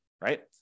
right